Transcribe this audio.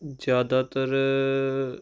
ਜ਼ਿਆਦਾਤਰ